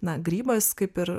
na grybas kaip ir